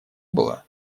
было